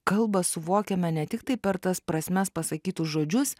kalbą suvokiame ne tiktai per tas prasmes pasakytus žodžius